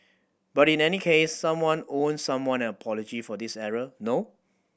but in any case someone owes someone an apology for this error no